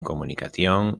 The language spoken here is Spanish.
comunicación